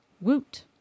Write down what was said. Woot